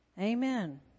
Amen